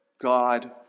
God